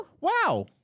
Wow